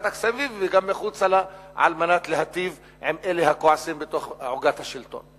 הכספים וגם מחוצה לה על מנת להטיב עם אלה הכועסים בתוך עוגת השלטון.